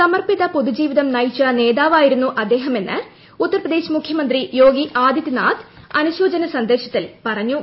സമർപ്പിത പൊതുജീവിതം നയിച്ച നേതാവായിരുന്നു ജൻമെ ജയ്സിങ് എന്ന് ഉത്തർപ്രദേശ് മുഖ്യമന്ത്രി യോഗി ആദിത്യനാഥ് അനുശോചന സന്ദേശത്തിൽ പറഞ്ഞു